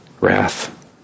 wrath